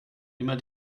immer